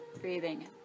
Breathing